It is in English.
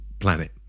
planet